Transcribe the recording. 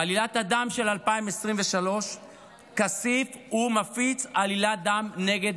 בעלילת הדם של 2023 כסיף מפיץ עלילת דם נגד